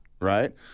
right